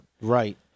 Right